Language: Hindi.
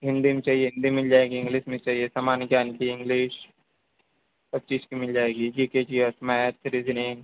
हिंदी में चाहिए हिंदी मिल जाएगी इंग्लिश में चाहिए सामान्य ज्ञान की इंग्लिश हर चीज़ की मिल जाएगी जीके जीएस मैथ्स रीजनिंग